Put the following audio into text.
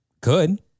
Good